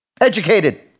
educated